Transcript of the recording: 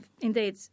indeed